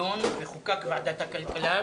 נדון וחוקק בוועדת הכלכלה.